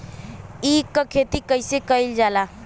ईख क खेती कइसे कइल जाला?